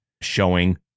showing